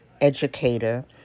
educator